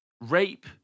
rape